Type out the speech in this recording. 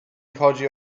chodzi